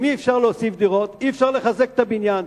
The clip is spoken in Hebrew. אם אי-אפשר להוסיף דירות, אי-אפשר לחזק את הבניין.